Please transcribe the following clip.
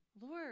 Lord